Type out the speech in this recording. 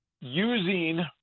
using